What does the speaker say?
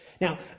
Now